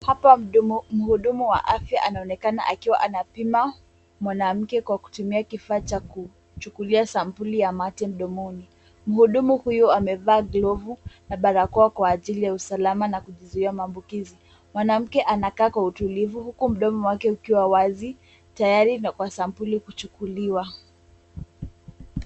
Hapa mhudumu wa afya anaonekana akiwa anapima mwanamke kwa kutumia kifaa cha kuchukulia sampuli ya mate mdomoni. Mhudumu huyu amevaa glovu na barakoa kwa ajili ya usalama na kujizuia maambukizi. Mwanamke anakaa kwa utulivu huku mdomo wake ukiwa wazi tayari na kwa sampuli kuchukuliwa.